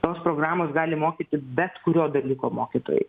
tos programos gali mokyti bet kurio dalyko mokytojai